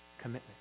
commitment